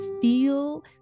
feel